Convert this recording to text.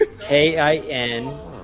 K-I-N